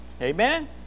Amen